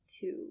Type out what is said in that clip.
two